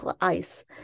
ice